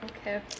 okay